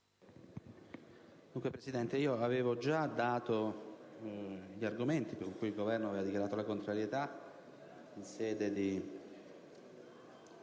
Presidente, avevo già illustrato gli argomenti per cui il Governo aveva dichiarato la propria contrarietà in sede di